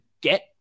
get